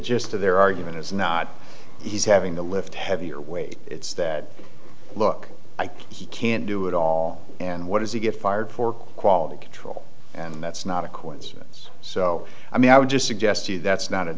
gist of their argument is not he's having to lift heavier weight it's that look i think he can't do it all and what does he get fired for quality control and that's not a coincidence so i mean i would just suggest to you that's not a